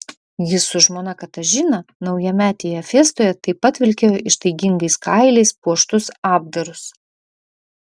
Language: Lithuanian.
jis su žmona katažina naujametėje fiestoje taip pat vilkėjo ištaigingais kailiais puoštus apdarus